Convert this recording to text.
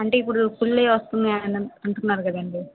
అంటే ఇప్పుడు ఫుల్ అయి వస్తన్నాయ్ అన్నాను అంటున్నారు కదండీ